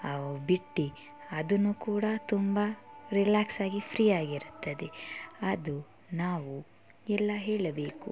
ಅವು ಬಿಟ್ಟು ಅದನ್ನೂ ಕೂಡ ತುಂಬ ರಿಲ್ಯಾಕ್ಸಾಗಿ ಫ್ರೀ ಆಗಿರುತ್ತದೆ ಅದು ನಾವು ಎಲ್ಲ ಹೇಳಬೇಕು